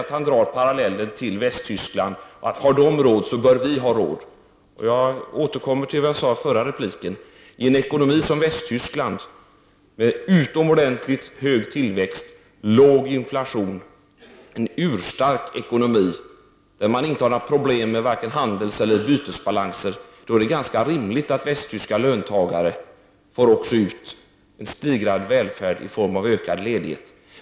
Sten Östlund drar parallellen till Västtyskland — har västtyskarna råd så bör vi ha råd. Jag återkommer till vad jag sade i förra repliken: I en ekonomi som Västtysklands med utomordentligt hög tillväxt och låg inflation, en urstark ekonomi där man inte har några problem med vare sig handelseller bytesbalansen, är det ganska rimligt att västtyska löntagare får ut en stegrad välfärd också i form av ökad ledighet.